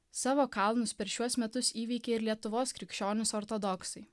savo kalnus per šiuos metus įveikė ir lietuvos krikščionys ortodoksai